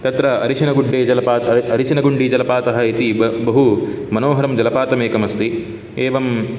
तत्र अरिशिणगुड्डे जलपात अरिशिणगुण्डिजलपातः इति ब बहुमनोहरं जलपातमेकमस्ति एवम्